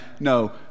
No